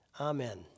Amen